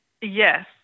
Yes